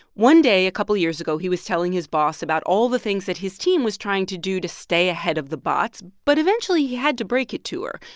one day a couple years ago, he was telling his boss about all the things that his team was trying to do to stay ahead of the bots. but eventually, he had to break it to her.